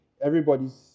Everybody's